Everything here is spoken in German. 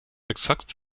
exakt